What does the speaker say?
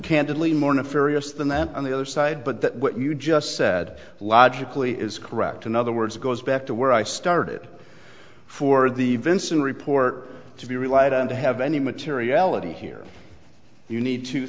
that on the other side but that what you just said logically is correct in other words it goes back to where i started for the vinson report to be relied on to have any materiality here you need two